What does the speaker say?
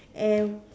and